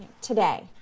today